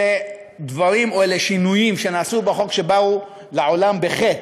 אלה דברים או אלה שינויים שנעשו בחוק שבאו לעולם בחטא.